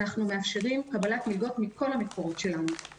אנחנו מאפשרים קבלת מלגות מכל המקורות שלנו.